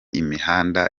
imihanda